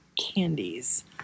candies